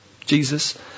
Jesus